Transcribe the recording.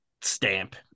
Stamp